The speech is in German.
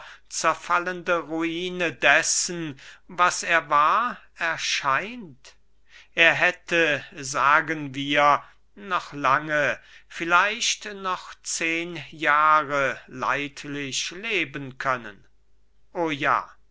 zerfallende ruine dessen was er war erscheint er hätte sagen wir noch lange vielleicht noch zehen jahre leidlich leben können o ja